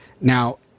now